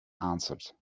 answered